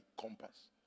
compass